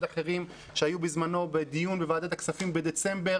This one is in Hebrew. אחרים שהיו בזמנו בדיון בוועדת הכספים בדצמבר,